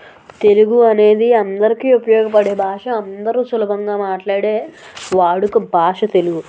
తెలుగు అనేది అందరికి ఉపయోగపడే భాష అందరు సులభంగా మాట్లాడే వాడుక భాష తెలుగు